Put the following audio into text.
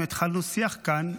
אם התחלנו שיח כאן,